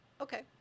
Okay